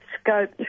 scope